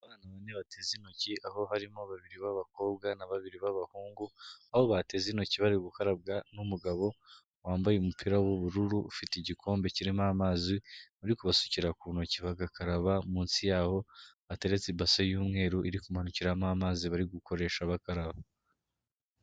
Abana bane bateze intoki aho harimo babiri b'abakobwa na babiri b'abahungu, aho bateze intoki bari gukarabwa n'umugabo wambaye umupira w'ubururu ufite igikombe kirimo amazi uri kubasukira ku ntoki bagakaraba munsi yaho hateretse ibase y'umweru iri kumanukiramo amazi bari gukoresha bakaraba.